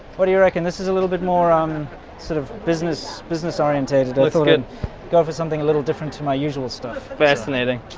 what do you reckon this is a little bit more um sort of business business orientated. looks good go for something a little different to my usual stuff fascinating